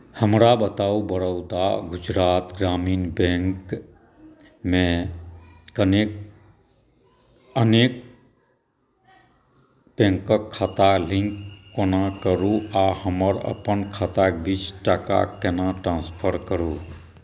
हमरा बताउ बड़ौदा गुजरात ग्रामीण बैंकमे कनेक अनेक बैंकक खाता लिंक कोना करु आ हमर अपन खाताक बीच टाका केना ट्रांसफर करु